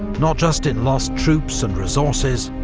not just in lost troops and resources,